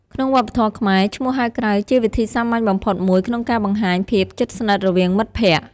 ក្នុងវប្បធម៌ខ្មែរ ឈ្មោះហៅក្រៅជាវិធីសាមញ្ញបំផុតមួយក្នុងការបង្ហាញភាពជិតស្និទ្ធរវាងមិត្តភក្តិ។